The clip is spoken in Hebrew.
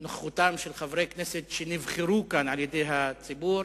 נוכחותם של חברי הכנסת שנבחרו כאן על-ידי הציבור,